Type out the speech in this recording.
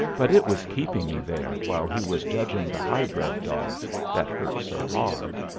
but it was keeping me there while he was judging the high-bred dogs that hurt so hard.